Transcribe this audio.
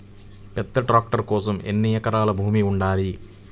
పెద్ద ట్రాక్టర్ కోసం ఎన్ని ఎకరాల భూమి ఉండాలి?